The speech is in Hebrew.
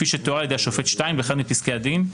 כפי שתואר על ידי השופט שטיין באחד מפסקי הדין,